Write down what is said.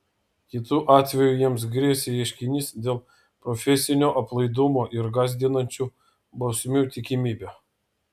kitu atveju jiems grėsė ieškinys dėl profesinio aplaidumo ir gąsdinančių bausmių tikimybė